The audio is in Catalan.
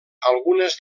algunes